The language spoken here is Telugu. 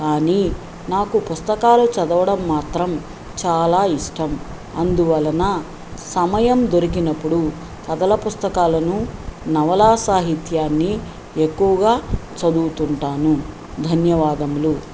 కానీ నాకు పుస్తకాలు చదవడం మాత్రం చాలా ఇష్టం అందువలన సమయం దొరికినప్పుడు కథల పుస్తకాలను నవలా సాహిత్యాన్ని ఎక్కువగా చదువుతుంటాను ధన్యవాదములు